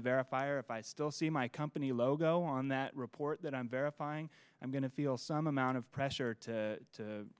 the verifier if i still see my company logo on that report that i'm verifying i'm going to feel some amount of pressure to